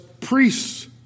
priests